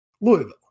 Louisville